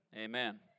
Amen